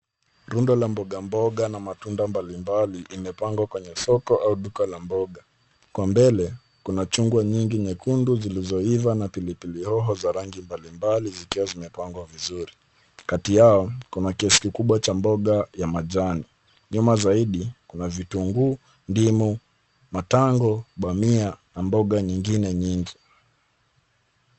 Rundo la mbogamboga na matunda mbalimbali imepangwa kwenye soko au duka la mboga. Kwa mbele kuna chungwa nyingi nyekundu zilizoiva na pilipili hoho za rangi mbalimbali zikiwa zimepangwa vizuri. Kati yao kuna kiasi kikubwa cha mboga ya majani. Nyuma zaidi kuna vitunguu, ndimu, matango, bamia na mboga nyingine nyingi.